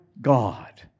God